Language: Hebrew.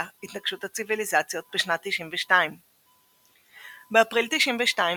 התנגשות הציביליזציות בשנת 1992. באפריל 1992,